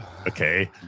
okay